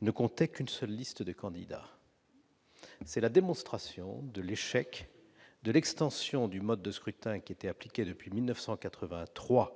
ne comptaient qu'une seule liste de candidats. C'est la démonstration de l'échec de l'extension du mode de scrutin qui était appliqué depuis 1983